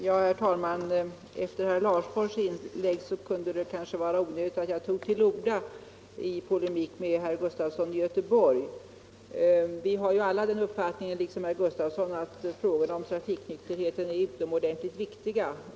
Herr talman! Efter herr Larfors” inlägg kunde det kanske vara onödigt att jag tog till orda i polemik med herr Gustafson i Göteborg. Vi har ju alla liksom herr Gustafson den uppfattningen att frågorna om trafiknykterheten är utomordentligt viktiga.